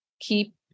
keep